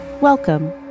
Welcome